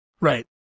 Right